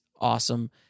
awesome